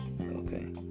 Okay